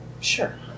sure